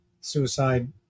suicide